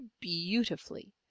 beautifully